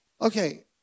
Okay